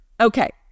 Okay